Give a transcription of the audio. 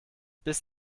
bis